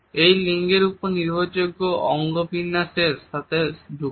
এটি লিঙ্গের উপর নির্ভরযোগ্য অঙ্গবিন্যাসের সাথে যুক্ত